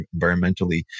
environmentally